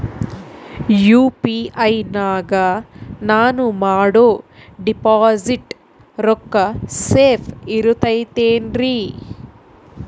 UPI ನಾಗ ನಾನು ಮಾಡೋ ಡಿಪಾಸಿಟ್ ರೊಕ್ಕ ಸೇಫ್ ಇರುತೈತೇನ್ರಿ?